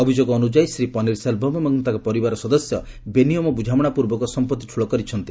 ଅଭିଯୋଗ ଅନୁଯାୟୀ ଶ୍ରୀ ପନିର୍ସେଲ୍ଭମ୍ ଏବଂ ତାଙ୍କ ପରିବାର ସଦସ୍ୟ ବେନିୟମ ବୁଝାମଣା ପୂର୍ବକ ସମ୍ପଭି ଠୁଳ କରିଛନ୍ତି